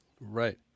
right